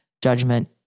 judgment